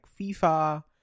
FIFA